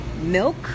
milk